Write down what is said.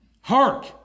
Hark